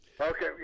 Okay